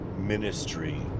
ministry